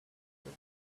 ball